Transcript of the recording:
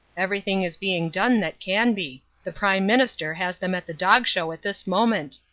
everything is being done that can be. the prime minister has them at the dog show at this moment.